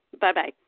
Bye-bye